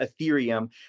Ethereum